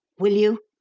will you?